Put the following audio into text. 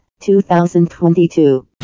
2022